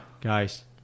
Guys